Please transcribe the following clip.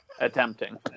Attempting